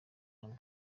hamwe